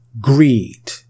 greed